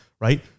right